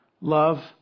Love